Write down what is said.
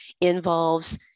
involves